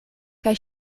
kaj